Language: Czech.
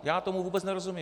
Já tomu vůbec nerozumím.